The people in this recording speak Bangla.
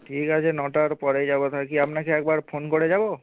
ঠিক আছে নটার পরেই যাব তাহলে কি আপনাকে একবার ফোন করে যাব